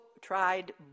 tried